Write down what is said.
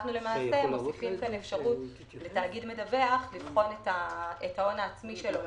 אנחנו למעשה מוסיפים כאן אפשרות לתאגיד מדווח לבחון את ההון העצמי שלו